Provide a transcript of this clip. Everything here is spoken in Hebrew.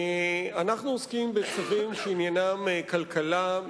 אנחנו עוסקים בצווים שעניינם כלכלה,